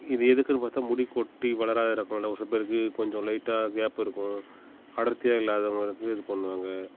இது எதுக்குன்னு பார்த்தா முடி கொட்டி வளராத இருக்கும்ல ஒரு சில பேருக்கு கொஞ்சம் லைட்டாக கேப் இருக்கும் அடர்த்தியாக இல்லாதவங்களுக்கு இது பண்ணுவாங்கள்